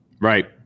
Right